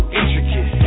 intricate